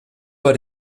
bei